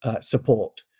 Support